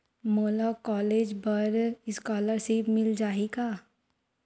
मोला कॉलेज बर स्कालर्शिप मिल जाही का?